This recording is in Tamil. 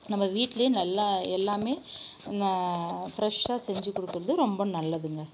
நம்ம வீட்டிலே நல்லா எல்லாமே ந ஃப்ரெஷ்ஷாக செஞ்சிக் கொடுக்கறது ரொம்ப நல்லதுங்க